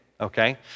okay